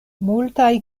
multaj